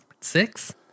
Six